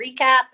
recap